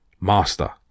Master